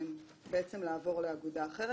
לעבור לאגודה אחרת.